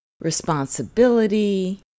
responsibility